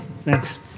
thanks